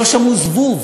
יכלו לשמוע זבוב.